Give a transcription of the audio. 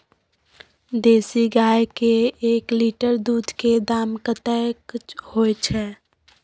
देसी गाय के एक लीटर दूध के दाम कतेक होय छै?